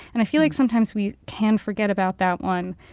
and i feel like sometimes we can forget about that one.